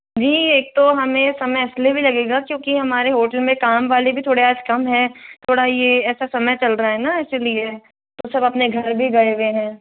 जी एक तो हमें समय इसलिए भी लगेगा क्योंकि हमारे होटल में काम वाले भी थोड़े आज कम है थोड़ा ये ऐसा समय चल रहा है ना इसीलिए तो सब अपने घर भी गए हुए हैं